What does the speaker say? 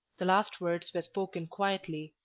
the last words were spoken quietly,